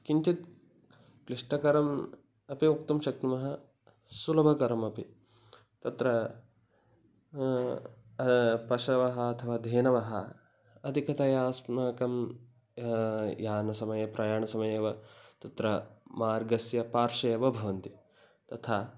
किञ्चित् क्लिष्टकरम् अपि वक्तुं शक्नुमः सुलभकरम् अपि तत्र पशवः अथवा धेनवः अधिकतया अस्माकं यानसमये प्रयाणसमये वा तत्र मार्गस्य पार्श्वे एव भवन्ति तथा